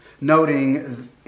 noting